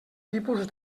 tipus